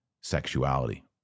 sexuality